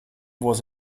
was